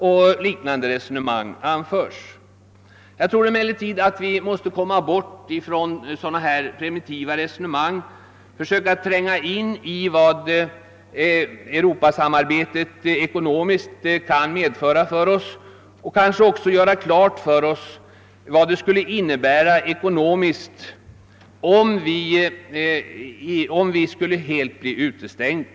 Enligt min uppfattning måste vi komma bort från sådana primitiva resonemang och försöka tränga in i vad Europa-samarbetet kan betyda för oss ekonomiskt och göra klart för oss vad det skulle innebära om vi bleve helt utestängda.